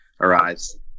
arise